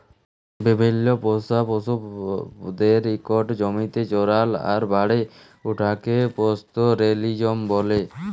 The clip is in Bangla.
বিভিল্ল্য পোষা পশুদের ইকট জমিতে চরাল আর বাড়ে উঠাকে পাস্তরেলিজম ব্যলে